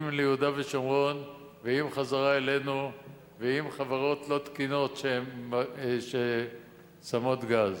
אם ליהודה ושומרון ואם חזרה אלינו ואם חברות לא תקינות ששמות גז.